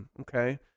Okay